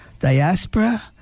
diaspora